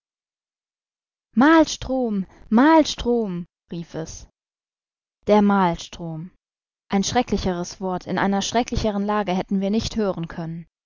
maelstrom maelstrom rief es der maelstrom ein schrecklicheres wort in einer schrecklicheren lage hätten wir nicht hören können